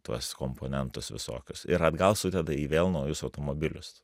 tuos komponentus visokius ir atgal sudeda į vėl naujus automobilius